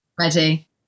Ready